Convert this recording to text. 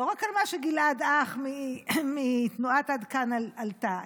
לא רק על מה שגלעד אך מתנועת עד כאן עלה עליו,